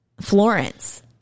Florence